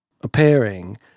appearing